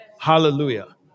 Hallelujah